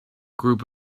group